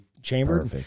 chamber